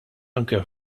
anke